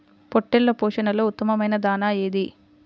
పొట్టెళ్ల పోషణలో ఉత్తమమైన దాణా ఏది?